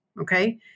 okay